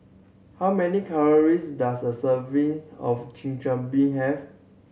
how many calories does a serving of Chigenabe have